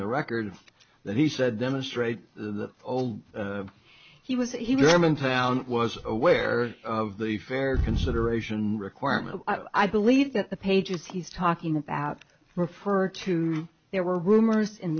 the record that he said demonstrate the old he was eleven talent was aware of the fair consideration requirement i believe that the pages he's talking about refer to there were rumors in